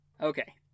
Okay